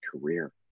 career